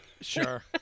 Sure